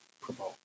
promote